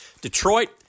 Detroit